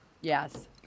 Yes